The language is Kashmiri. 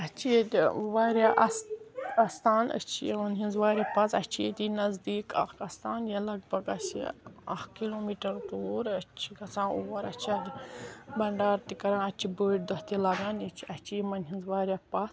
اسہِ چھِ ییٚتہِ واریاہ اس استان أسۍ چھِ یِمن ہِنٛز واریاہ پَژھ اسہِ چھ ییٚتی نزدیٖک اَکھ اَستان یا لَگ بگ آسہِ یہِ اَکھ کِلو میٖٹر دوٗر أسۍ چھِ گَژھان اور اَسہِ چھِ اَتہِ بَنڈار تہِ اتہِ چھِ بٕڑۍ دۄہ تہِ لگان اسہِ چھِ یِمن ہِنٛز واریاہ پَژھ